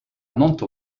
monto